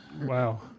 Wow